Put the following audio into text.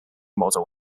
model